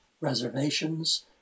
reservations